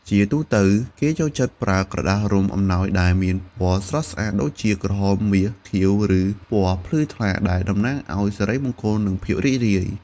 ជាទូទៅ គេចូលចិត្តប្រើក្រដាសរុំអំណោយដែលមានពណ៌ស្រស់ស្អាតដូចជា ក្រហម មាស ខៀវ ឬពណ៌ភ្លឺថ្លា ដែលតំណាងឲ្យសិរីមង្គល និងភាពរីករាយ។